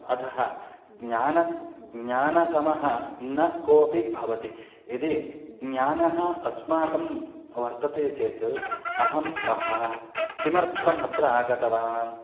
अतः ज्ञानं ज्ञानसमं न कोऽपि भवति यदि ज्ञानम् अस्माकं वर्तते चेत् अहं कः किमर्थम् अत्र आगतवान्